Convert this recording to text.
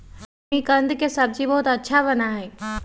जिमीकंद के सब्जी बहुत अच्छा बना हई